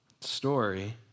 story